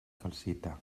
calcita